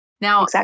Now